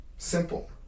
simple